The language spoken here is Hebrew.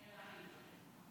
אני הלכתי לבקר.